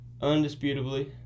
undisputably